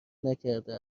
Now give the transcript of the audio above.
نکرده